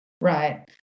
Right